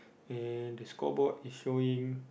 and the scoreboard is showing